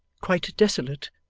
quite desolate,